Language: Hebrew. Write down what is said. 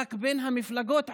מאבק בין המפלגות עצמן.